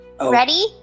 Ready